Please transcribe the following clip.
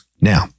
Now